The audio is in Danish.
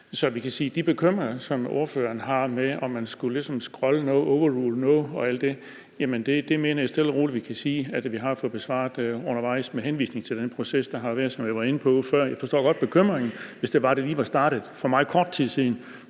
at de bekymringer, som ordføreren har om, at man ligesom skulle overrule noget og alt det, mener jeg stille og roligt vi kan sige at vi har fået besvaret undervejs med henvisning til den proces, der har været, og som jeg var inde på før. Jeg forstår godt bekymringen, hvis det var sådan, det lige var startet for meget kort tid siden,